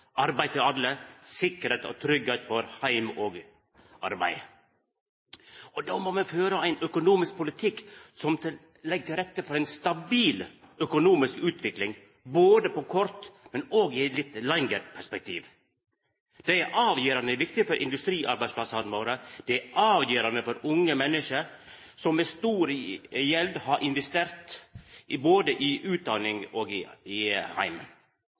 heim og arbeid. Då må me føra ein økonomisk politikk som legg til rette for ei stabil økonomisk utvikling på kort sikt, men òg i eit litt lengre perspektiv. Det er avgjerande viktig for industriarbeidsplassane våre, og det er avgjerande viktig for unge menneske med stor gjeld som har investert både i utdanning og heim. Noreg er inne i